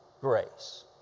grace